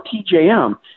TJM